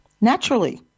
Naturally